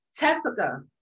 Tessica